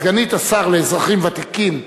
סגנית השר לאזרחים ותיקים,